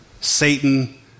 Satan